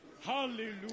Hallelujah